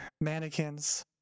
Mannequins